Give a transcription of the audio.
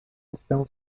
estão